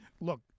Look